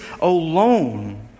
alone